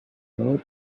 third